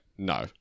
No